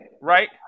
Right